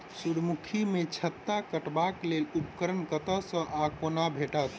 सूर्यमुखी केँ छत्ता काटबाक लेल उपकरण कतह सऽ आ कोना भेटत?